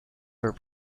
for